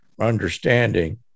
understanding